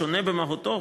שונה במהותו,